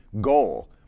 goal